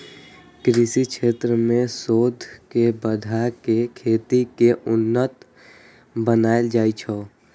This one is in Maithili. कृषि क्षेत्र मे शोध के बढ़ा कें खेती कें उन्नत बनाएल जाइ छै